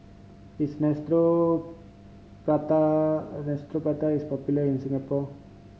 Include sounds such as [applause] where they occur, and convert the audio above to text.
is [unintelligible] Neostrata popular in Singapore